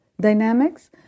dynamics